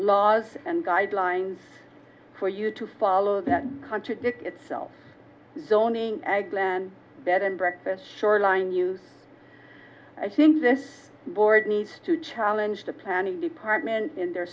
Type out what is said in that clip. laws and guidelines for you to follow that contradict itself zoning ag land bed and breakfast shoreline use i think this board needs to challenge the planning department in their